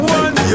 one